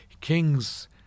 kings